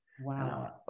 Wow